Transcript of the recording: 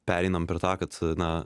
pereinam per tą kad na